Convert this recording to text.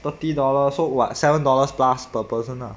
thirty dollars so what seven dollars plus per person lah